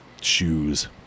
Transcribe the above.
shoes